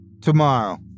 Tomorrow